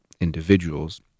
individuals